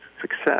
success